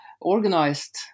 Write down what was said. organized